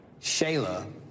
Shayla